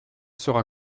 sera